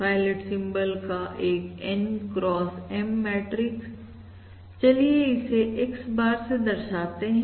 pilot symbol का एक N x M matrix चलिए इसे Xbar से दर्शाते हैं